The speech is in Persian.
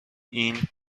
این